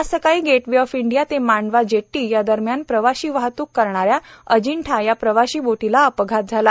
आज सकाळी gateway of India ते मांडवा जेट्टी या दरम्यान प्रवाशी वाहतूक करणाऱ्या अजिंठा या प्रवाशी बोटीला अपघात झाला